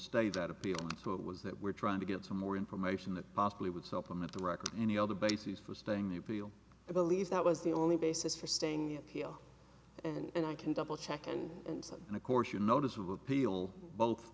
stay that appeal what was that we're trying to get some more information that possibly would supplement the record any of the bases for staying the appeal i believe that was the only basis for staying at heel and i can double check and insult and of course your notice of appeal both